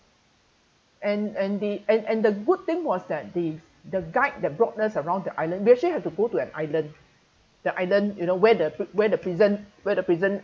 and and the and and the good thing was that the the guide that brought us around the island we actually have to go to an island the island you know where the pr~ where the prison where the prison